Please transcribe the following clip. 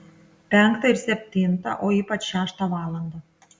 penktą ir septintą o ypač šeštą valandą